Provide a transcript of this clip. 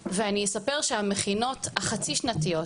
ואני אספר שהמכינות החצי שנתיות,